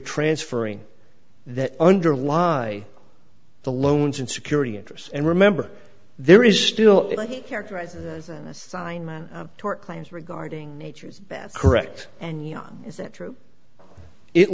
transferring that underlie the loans in security interest and remember there is still characterized as an assignment of tort claims regarding nature's correct and yawn is it true it